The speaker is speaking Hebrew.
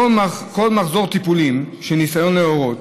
בכל מחזור טיפולים של ניסיון להרות